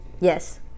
Yes